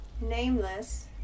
nameless